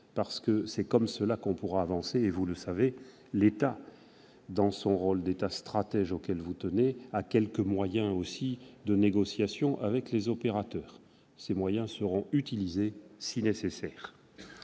faites. C'est comme cela qu'on pourra avancer. Vous le savez aussi, l'État, dans son rôle d'État stratège auquel vous tenez, dispose de quelques moyens de négociation avec les opérateurs, et ces moyens seront utilisés si nécessaire.